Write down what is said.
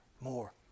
more